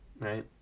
right